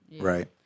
Right